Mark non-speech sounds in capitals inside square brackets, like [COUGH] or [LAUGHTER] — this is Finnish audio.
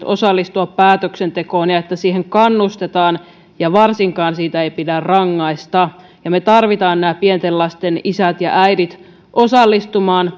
[UNINTELLIGIBLE] osallistua päätöksentekoon ja että siihen kannustetaan ja varsinkaan siitä ei pidä rangaista me tarvitsemme nämä pienten lasten isät ja äidit osallistumaan [UNINTELLIGIBLE]